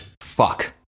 Fuck